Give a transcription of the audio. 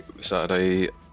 Saturday